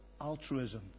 altruism